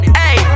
hey